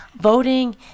Voting